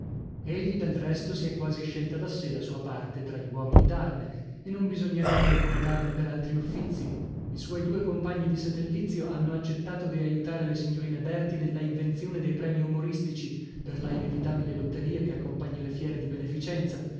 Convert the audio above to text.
egli del resto si è quasi scelta da sè la sua parte tra gli uomini d'arme e non bisognerebbe incomodarlo per altri uffizi i suoi due compagni di satellizio hanno accettato di aiutare le signorine berti nella invenzione dei premii umoristici per la inevitabile lotteria che accompagna le fiere di beneficenza